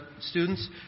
students